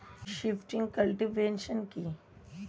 Shifting cultivation কি?